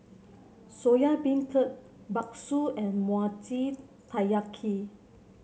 Soya Beancurd bakso and Mochi Taiyaki